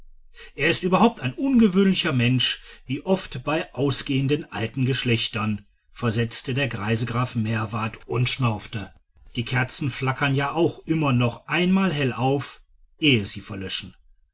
er ist überhaupt ein ungewöhnlicher mensch wie oft bei ausgehenden alten geschlechtern versetzte der greise graf meerwarth und schnaufte die kerzen flackern ja auch immer noch einmal hell auf ehe sie verlöschen